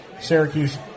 Syracuse